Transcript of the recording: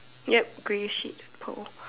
ya grey sheet pole